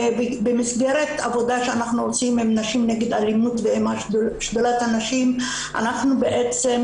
במסגרת עבודה שאנחנו עושים עם נשים נגד אלימות ועם שדולת הנשים אנחנו בעצם